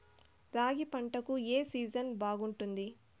రాగి పంటకు, ఏ సీజన్ బాగుంటుంది?